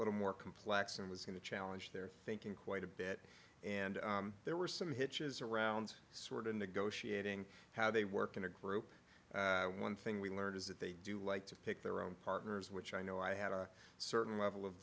little more complex and was going to challenge their thinking quite a bit and there were some hitches around sort of negotiating how they work in a group one thing we learned is that they do like to pick their own partners which i know i had a certain level of